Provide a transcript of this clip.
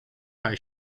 kai